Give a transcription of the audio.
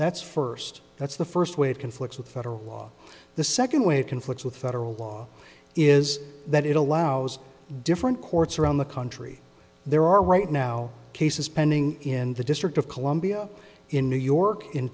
that's first that's the first way it conflicts with federal law the second way it conflicts with federal law is that it allows different courts around the country there are right now cases pending in the district of columbia in new york in